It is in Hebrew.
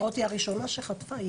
שדרות היא הראשונה שחטפה,